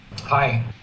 Hi